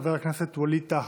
חבר הכנסת ווליד טאהא.